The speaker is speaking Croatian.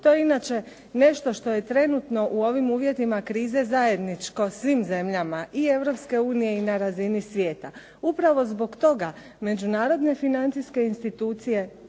To je inače nešto što je trenutno u ovim uvjetima krize zajedničko svim zemljama i Europske unije i na razini svijeta. Upravo zbog toga međunarodne i europske financijske institucije